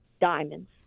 Diamonds